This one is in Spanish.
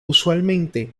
usualmente